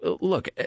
Look